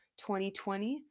2020